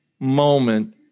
moment